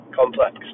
complex